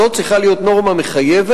זו צריכה להיות נורמה מחייבת.